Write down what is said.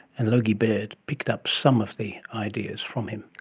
and logie baird picked up some of the ideas from him.